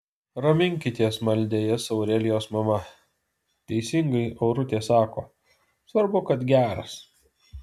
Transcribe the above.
raminkitės maldė jas aurelijos mama teisingai aurutė sako svarbu kad geras